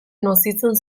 nozitzen